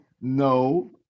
no